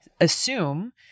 assume